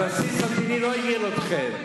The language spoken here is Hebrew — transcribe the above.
הבסיס המדיני לא עניין אתכם.